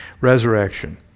Resurrection